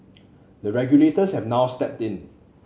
the regulators have now stepped in